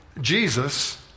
Jesus